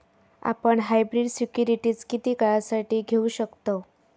आपण hybrid securities किती काळासाठी घेऊ शकतव